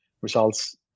results